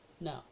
No